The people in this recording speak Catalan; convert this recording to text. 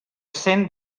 cent